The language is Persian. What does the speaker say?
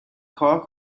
کار